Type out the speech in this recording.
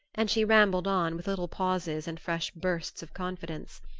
and she rambled on, with little pauses and fresh bursts of confidence.